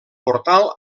portal